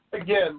again